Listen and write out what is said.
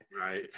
right